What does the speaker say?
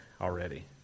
already